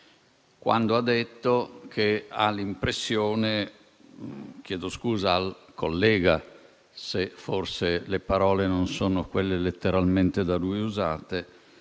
egli ha detto che ha l'impressione - chiedo scusa al collega se forse le parole non sono quelle letteralmente da lui usate